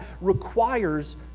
requires